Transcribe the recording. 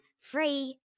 Free